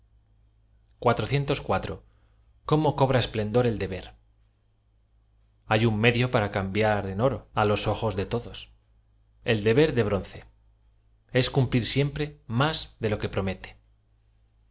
cómo cobra esplendor el deber h a y un medio para cam biar en oro á los ojos deto dos el deber de bronce es cumplir siempre más de lo que promete